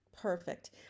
perfect